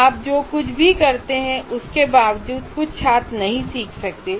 आप जो कुछ भी करते हैं उसके बावजूद कुछ छात्र नहीं सीख सकते हैं